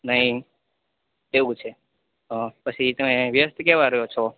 નઈ એવું છે પછી તમે વ્યસ્ત કેવા રો છો